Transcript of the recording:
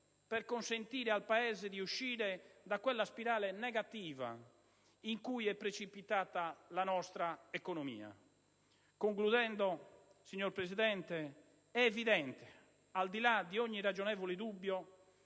per consentire al Paese di uscire da quella spirale negativa in cui è precipitata la nostra economia. Concludendo, signor Presidente, è evidente al di là di ogni ragionevole dubbio